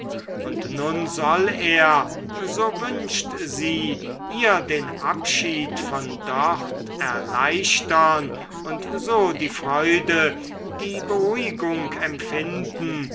und nun soll er so wünscht sie ihr den abschied von dort erleichtern und so die freude die beruhigung empfinden